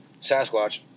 Sasquatch